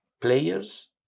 players